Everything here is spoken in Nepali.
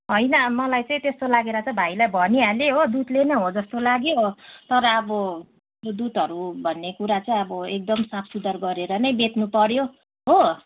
होइन मलाई चाहिँ त्यस्तो लागेर चाहिँ भाइलाई भनिहालेँ हो दुधले नै हो जस्तो लाग्यो तर अब दुधहरू भन्ने कुरा चाहिँ अब एकदम साफसुग्घर गरेर नै बेच्नुपऱ्यो हो